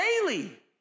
daily